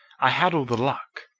i had all the luck.